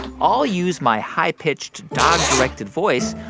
i'll use my high-pitched, dog-directed voice.